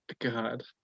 God